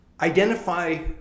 Identify